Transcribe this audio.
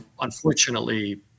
unfortunately